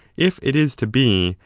if it is to be,